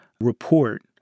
report